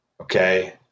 Okay